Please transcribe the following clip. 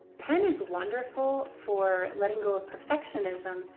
pen is wonderful for letting go of perfectionism,